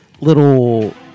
little